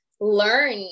learn